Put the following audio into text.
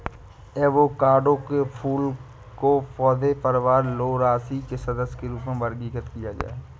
avocado को फूल पौधे परिवार लौरासी के सदस्य के रूप में वर्गीकृत किया गया है